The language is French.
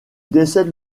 décède